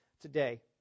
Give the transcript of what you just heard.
today